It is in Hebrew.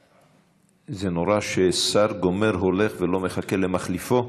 זה נורא ששר גומר, הולך ולא מחכה למחליפו,